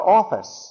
office